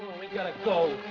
we've got to go.